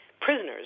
prisoners